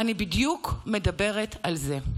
אני בדיוק מדברת על זה.